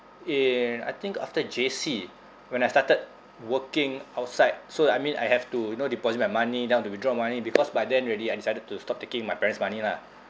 in I think after J_C when I started working outside so I mean I have to you know deposit my money then I want to withdraw money because by then already I decided to stop taking my parents' money lah